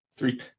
Three